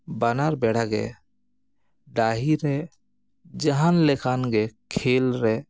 ᱵᱟᱱᱟᱨ ᱵᱮᱲᱟᱜᱮ ᱰᱟᱹᱦᱤᱨᱮ ᱡᱟᱦᱟᱱ ᱞᱮᱠᱟᱱ ᱜᱮ ᱠᱷᱮᱞ ᱨᱮ